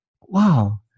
Wow